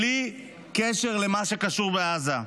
בלי קשר למה שקשור בעזה.